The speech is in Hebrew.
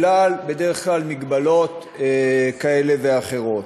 בדרך כלל בגלל מגבלות כאלה ואחרות,